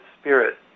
Spirit